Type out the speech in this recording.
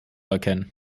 erkennen